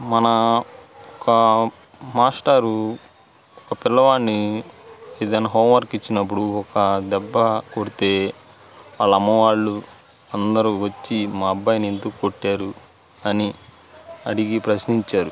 మన ఒక మాస్టారు ఒక పిల్లవాని ఏదైనా హోమ్వర్క్ ఇచ్చినప్పుడు ఒక దెబ్బ కుడితే వాళ్ళ అమ్మ వాళ్ళు అందరు వచ్చి మా అబ్బాయిని ఎందుకు కొట్టారు అని అడిగి ప్రశ్నించారు